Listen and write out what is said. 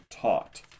taught